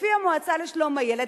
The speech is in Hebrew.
לפי המועצה לשלום הילד,